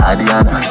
Adiana